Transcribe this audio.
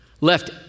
left